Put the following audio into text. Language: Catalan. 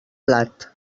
blat